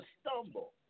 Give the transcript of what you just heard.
stumble